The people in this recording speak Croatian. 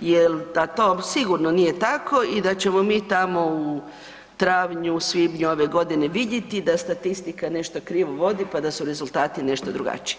jel da to sigurno nije tako i da ćemo mi tamo u travnju, svibnju ove godine vidjeti da statistika nešto krivo vodi, pa da su rezultati nešto drugačiji.